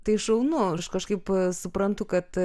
tai šaunu aš kažkaip suprantu kad